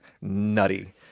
nutty